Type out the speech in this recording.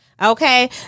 Okay